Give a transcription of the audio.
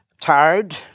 tired